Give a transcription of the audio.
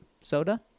soda